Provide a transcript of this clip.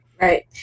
Right